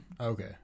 Okay